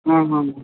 ହଁ ହଁ